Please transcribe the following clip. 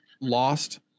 lost